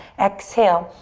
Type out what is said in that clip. exhale.